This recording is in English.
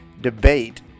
debate